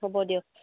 হ'ব দিয়ক